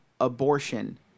abortion